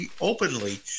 openly